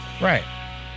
Right